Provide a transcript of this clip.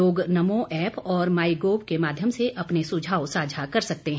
लोग नमो ऐप और MyGov के माध्यम से अपने सुझाव साझा कर सकते हैं